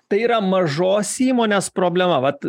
tai yra mažos įmonės problema vat